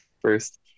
first